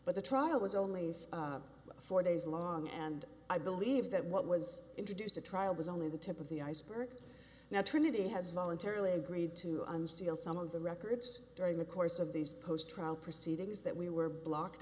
but the trial was only four days long and i believe that what was introduced at trial was only the tip of the iceberg now trinity has voluntarily agreed to unseal some of the records during the course of these post trial proceedings that we were blocked